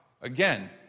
Again